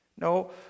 no